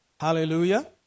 Hallelujah